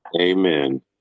Amen